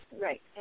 Right